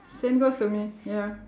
same goes to me ya